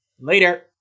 Later